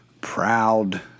proud